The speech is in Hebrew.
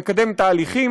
מקדם תהליכים,